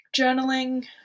Journaling